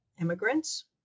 immigrants